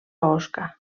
osca